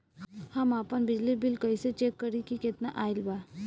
हम आपन बिजली बिल कइसे चेक करि की केतना आइल बा?